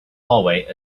hallway